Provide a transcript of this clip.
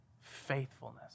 faithfulness